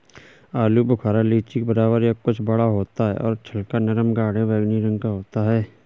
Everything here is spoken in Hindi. आलू बुखारा लीची के बराबर या कुछ बड़ा होता है और छिलका नरम गाढ़े बैंगनी रंग का होता है